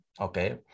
okay